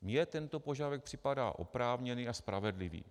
Mně tento požadavek připadá oprávněný a spravedlivý.